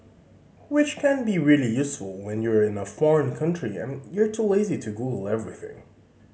which can be really useful when you're in a foreign country and you're too lazy to Google everything